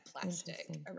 plastic